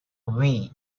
wii